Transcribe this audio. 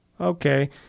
Okay